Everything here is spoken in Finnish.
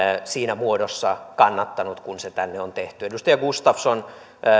siinä muodossa kannattanut kuin se tänne on tehty edustaja gustafsson